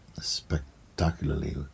spectacularly